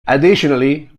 additionally